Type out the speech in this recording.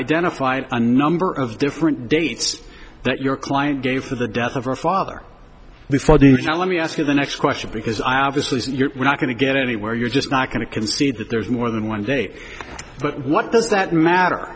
identify a number of different dates that your client gave for the death of her father before you can let me ask you the next question because i obviously you're not going to get anywhere you're just not going to concede that there's more than one date but what does that matter